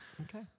Okay